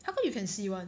how come you can see [one]